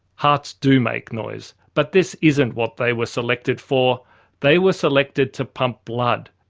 hearts do make noise, but this isn't what they were selected for they were selected to pump blood.